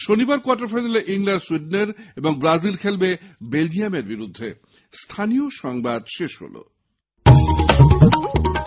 শনিবার কোয়ার্টার ফাইনালে ইংল্যান্ড সুইডেনের এবং ব্রাজিল বেলজিয়ামের বিরুদ্ধে খেলবে